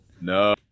no